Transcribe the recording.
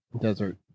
Desert